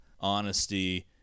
honesty